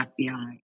FBI